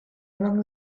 among